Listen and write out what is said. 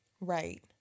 Right